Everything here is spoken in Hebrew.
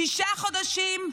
שישה חודשים,